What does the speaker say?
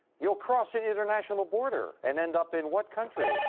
you'll cross an international border and end up in what country?